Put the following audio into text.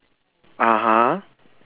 (uh huh)